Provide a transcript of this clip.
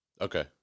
Okay